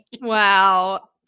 Wow